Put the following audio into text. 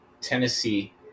Tennessee